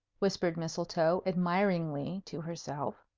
whispered mistletoe, admiringly, to herself.